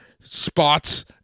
spots